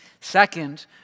Second